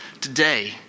today